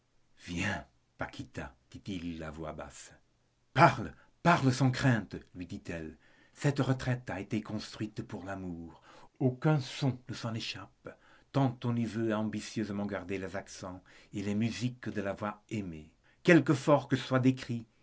viens paquita dit-il à voix basse parle parle sans crainte lui dit elle cette retraite a été construite pour l'amour aucun son ne s'en échappe tant on y veut ambitieusement garder les accents et les musiques de la voix aimée quelque forts que soient des